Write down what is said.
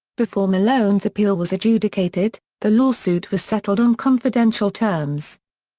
before malone's appeal was adjudicated, the lawsuit was settled on confidential terms.